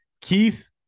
Keith